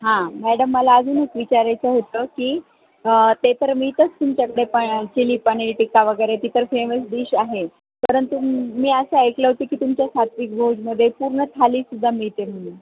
हां मॅडम मला अजून एक विचारायचं होतं की ते तर मीच तुमच्याकडे प चिली पनीर टिक्का वगैरे ति तर फेमस डिश आहे परंतु मी असं ऐकलं होत की तुमच्या सात्त्विक भोजमध्ये पूर्ण थालीसुद्धा मिळते होईल